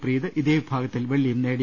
പ്രീത് ഇതേ വിഭാഗത്തിൽ വെള്ളിയും നേടി